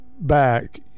back